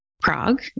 Prague